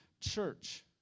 church